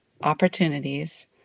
opportunities